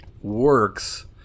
works